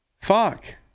fuck